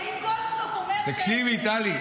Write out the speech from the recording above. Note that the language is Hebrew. אם גולדקנופ אומר שכך או כך --- תקשיבי, טלי,